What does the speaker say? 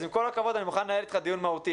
אז עם כל הכבוד, אני מוכן לנהל איתך דיון מהותי.